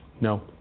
No